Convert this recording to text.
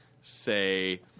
say